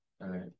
right